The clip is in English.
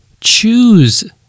Choose